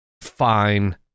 Fine